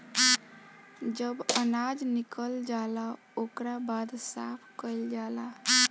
जब अनाज निकल जाला ओकरा बाद साफ़ कईल जाला